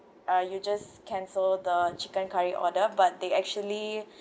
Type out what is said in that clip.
uh you just cancel the chicken curry order but they actually